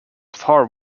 far